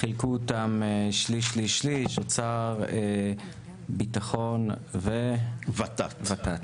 חילקו אותם שליש-שליש-שליש: אוצר, ביטחון וות"ת.